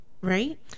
Right